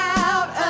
out